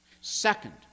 Second